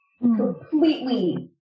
completely